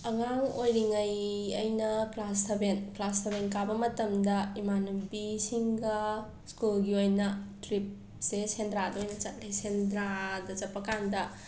ꯑꯉꯥꯡ ꯑꯣꯏꯔꯤꯉꯩ ꯑꯩꯅ ꯀ꯭ꯂꯥꯁ ꯁꯕꯦꯟ ꯀ꯭ꯂꯥꯁ ꯁꯕꯦꯟ ꯀꯥꯕ ꯃꯇꯝꯗ ꯏꯃꯥꯟꯅꯕꯤꯁꯤꯡꯒ ꯁ꯭ꯀꯨꯜꯒꯤ ꯑꯣꯏꯅ ꯇ꯭ꯔꯤꯞꯁꯦ ꯁꯦꯟꯗ꯭ꯔꯥꯗ ꯑꯣꯏꯅ ꯆꯠꯂꯦ ꯁꯟꯗ꯭ꯔꯥꯗ ꯆꯠꯄꯀꯥꯟꯗ